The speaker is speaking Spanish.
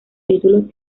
títulos